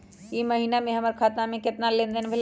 ई महीना में हमर खाता से केतना लेनदेन भेलइ?